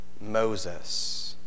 Moses